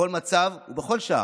בכל מצב ובכל שעה.